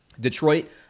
Detroit